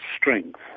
strength